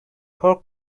pork